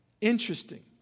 Interesting